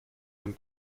dem